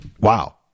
wow